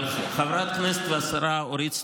אבל, חברת הכנסת והשרה אורית סטרוק,